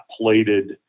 plated